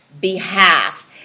behalf